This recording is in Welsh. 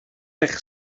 eich